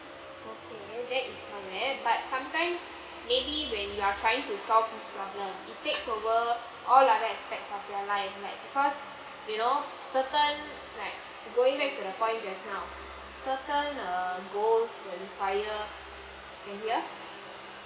okay that is correct but sometimes maybe when you are trying to solve this problem it takes over all like that aspects of their life like because you know certain like going back to the point just now certain err goals that require can hear